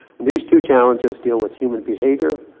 and these two challenges deal with human behavior.